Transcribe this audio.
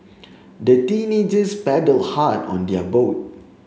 the teenagers paddled hard on their boat